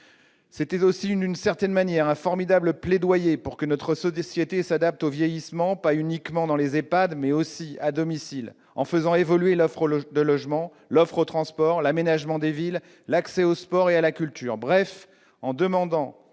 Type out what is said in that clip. C'était aussi, d'une certaine manière, un formidable plaidoyer pour que notre société s'adapte au vieillissement, pas uniquement dans les EHPAD mais aussi à domicile, en faisant évoluer l'offre de logement, l'offre de transports, l'aménagement des villes, l'accès aux sports et à la culture,